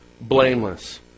blameless